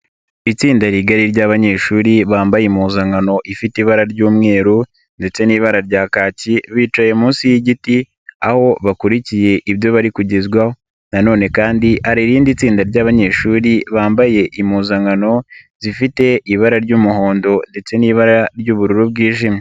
Itsinda rigari rya'abanyeshuri bambaye impuzankano ifite ibara ry'umweru ndetse n'ibara rya kaki bicaye munsi y'igiti aho bakurikiye ibyo bari kugezwaho, nanone kandi hari irindi tsinda ry'abanyeshuri bambaye impuzankano zifite ibara ry'umuhondo ndetse n'ibara ry'ubururu bwijimye.